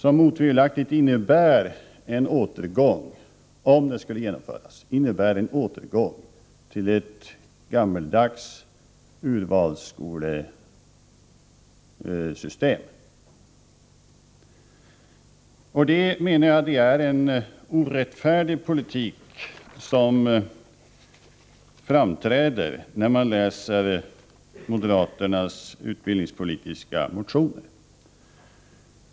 Om moderaternas förslag skulle genomföras innebär det otvivelaktigt en återgång till en gammaldags urvalsskola. Jag menar att det är en orättfärdig politik som framträder när man läser moderaternas utbildningspolitiska motioner.